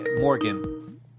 Morgan